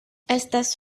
estas